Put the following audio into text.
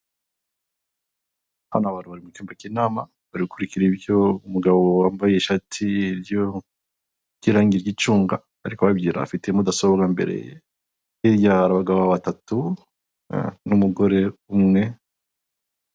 Imodoka yu'mweru iri mu muhanda wumukara ifite amapine y'umukara, iri mu mabara yu'mweru ndetse harimo n'mabara y'umuhondo, iruhande rwayo hari ipikipiki itwaye umuntu umwe wambaye agakote k'umuhondo ndetse n'ubururu, ipantaro y'umweru ndetse numupira w'mweru n'undi wambaye umupira wumukara ipantaro y'umuhondo werurutse n'ingofero y'ubururu ahetse n'igikapu cy'umukara.